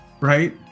right